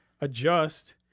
adjust